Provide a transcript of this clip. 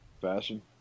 Fashion